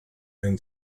and